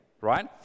right